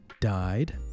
died